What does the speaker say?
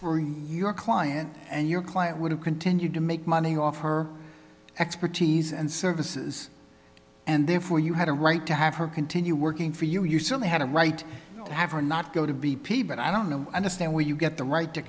for your client and your client would have continued to make money off her expertise and services and therefore you had a right to have her continue working for you you certainly had a right to have or not go to b p but i don't know understand where you get the right to